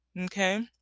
Okay